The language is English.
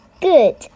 good